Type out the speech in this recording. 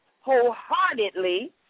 wholeheartedly